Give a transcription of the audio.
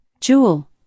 Jewel